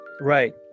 Right